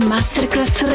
Masterclass